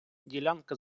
ділянка